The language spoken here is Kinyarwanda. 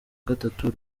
gatatu